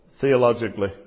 theologically